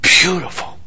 beautiful